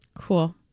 Cool